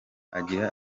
agira